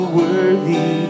worthy